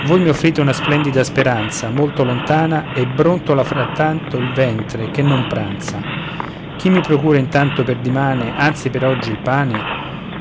voi mi offrite una splendida speranza molto lontana e brontola frattanto il ventre che non pranza chi mi procura intanto per dimane anzi per oggi il pane